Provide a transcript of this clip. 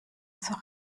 zur